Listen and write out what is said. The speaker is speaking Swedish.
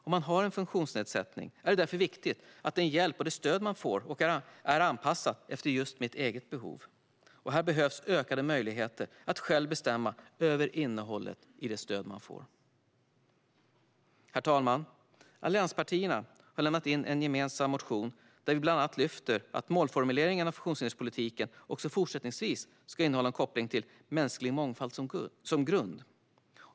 Om man har en funktionsnedsättning är det därför viktigt att den hjälp och det stöd man får är anpassat efter just ens eget behov. Här behövs ökade möjligheter att själv få bestämma över innehållet i stödet. Herr talman! Allianspartierna har lämnat in en gemensam motion där vi bland annat lyfter fram att målformuleringen av funktonshinderspolitiken också fortsättningsvis ska innehålla en koppling till mänsklig mångfald som grund.